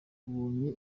ubonye